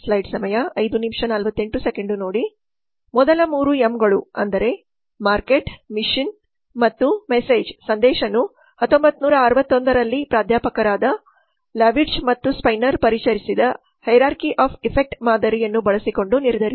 ಮೊದಲ ಮೂರು M 'M ' ಗಳು ಅಂದರೆ 'ಮಾರುಕಟ್ಟೆ' ಮಿಷನ್ 'ಮತ್ತು ಸಂದೇಶ 'ಅನ್ನು 1961 ರಲ್ಲಿ ಪ್ರಾಧ್ಯಾಪಕರಾದ ಲಾವಿಡ್ಜ್ ಮತ್ತು ಸ್ಟೈನರ್ ಪರಿಚಯಿಸಿದ ಹೈರಾರ್ಕಿ ಆಫ್ ಎಫೆಕ್ಟ್ಸ್ ಮಾದರಿಯನ್ನು ಬಳಸಿಕೊಂಡು ನಿರ್ಧರಿಸಬಹುದು